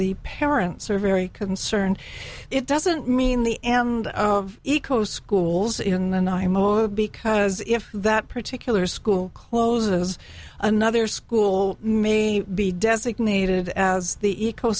the parents are very concerned it doesn't mean the end of eco schools in the night because if that particular school closes another school may be designated as the eco